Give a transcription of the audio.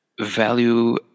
value